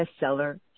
bestseller